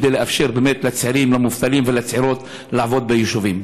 כדי לאפשר באמת לצעירים המובטלים ולצעירות לעבוד ביישובים.